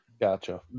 gotcha